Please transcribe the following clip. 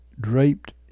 draped